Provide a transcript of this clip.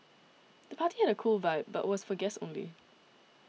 the party had a cool vibe but was for guests only